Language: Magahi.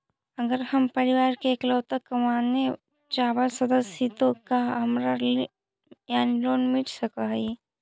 अगर हम परिवार के इकलौता कमाने चावल सदस्य ही तो का हमरा ऋण यानी लोन मिल सक हई?